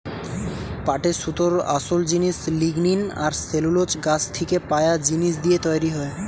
পাটের সুতোর আসোল জিনিস লিগনিন আর সেলুলোজ গাছ থিকে পায়া জিনিস দিয়ে তৈরি হয়